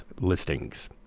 listings